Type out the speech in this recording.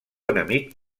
enemic